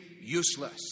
useless